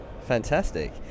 Fantastic